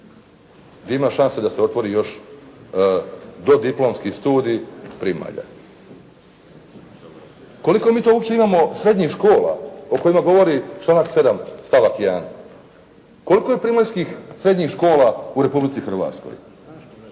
Ima šanse da se otvori još dodiplomski studij primalja. Koliko mi to uopće imamo srednjih škola o kojima govori članak 7. stavak 1.? Koliko je primaljskih srednjih škola u Republici Hrvatskoj?